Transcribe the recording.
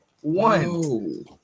One